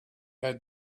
had